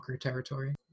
territory